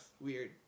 weird